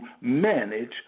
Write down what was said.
manage